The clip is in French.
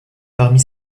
parmi